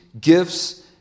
gifts